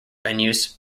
venues